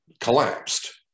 collapsed